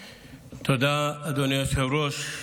תודה, אדוני היושב-ראש.